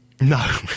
no